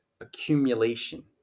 accumulation